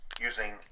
using